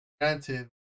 Granted